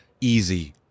easy